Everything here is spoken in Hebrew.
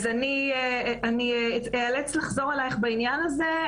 אז אני אאלץ לחזור אלייך בעניין הזה.